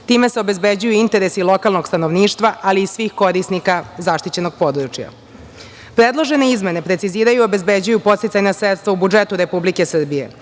Time se obezbeđuju interesi lokalnog stanovništva, ali i svih korisnika zaštićenog područja. Predložene izmene preciziraju i obezbeđuju podsticajna sredstva u budžetu Republike Srbije